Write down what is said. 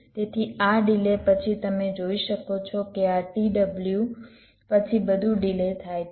તેથી આ ડિલે પછી તમે જોઈ શકો છો કે આ t w પછી બધું ડિલે થાય છે